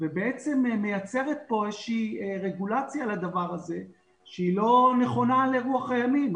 ובעצם מייצרת פה איזה שהיא רגולציה לדבר הזה שהיא לא נכונה לרוח הימים.